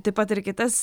taip pat ir kitas